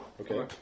Okay